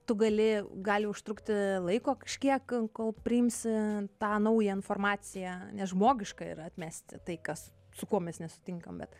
tu gali gali užtrukti laiko kažkiek kol priimsi tą naują informaciją nes žmogiška yra atmesti tai kas su kuo mes nesutinkam bet